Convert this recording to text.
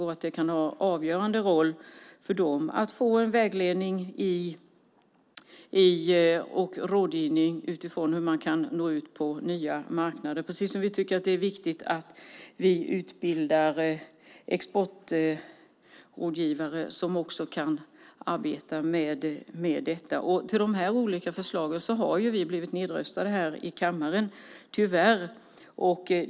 Det kan spela en avgörande roll för dem att få vägledning när det gäller hur man kan nå ut på nya marknader. Precis därför tycker vi att det är viktigt att vi utbildar exportrådgivare som också kan arbeta med detta. När det gäller de här olika förslagen har vi ju tyvärr blivit nedröstade här i kammaren.